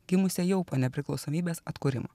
gimusią jau po nepriklausomybės atkūrimo